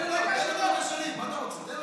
תן לו את הדקה שלי, מה אתה רוצה?